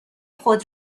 خود